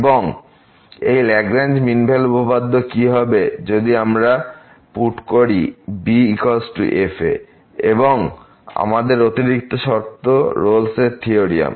এবং এই Lagrange mean value উপপাদ্যের কি হবে যদি আমরা পুট করি b f আমাদের অতিরিক্ত শর্ত আছে রোল'স থিওরিয়াম